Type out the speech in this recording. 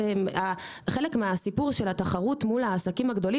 חלק מהסיפור של תחרות מול עסקים גדולים